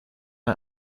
out